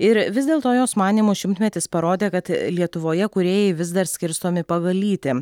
ir vis dėlto jos manymu šimtmetis parodė kad lietuvoje kūrėjai vis dar skirstomi pagal lytį